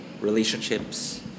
relationships